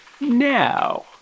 now